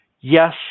Yes